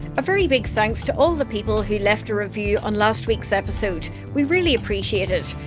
a very big thanks to all the people who left a review on last week's episode. we really appreciate it.